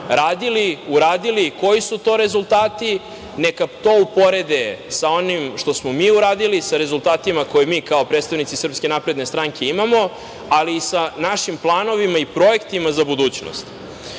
radili, uradili i koji su to rezultati, neka to uporede sa onim što smo mi uradili, sa rezultatima koje mi kao predstavnici SNS imamo, ali i sa našim planovima i projektima za budućnost.